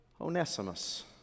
Onesimus